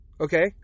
okay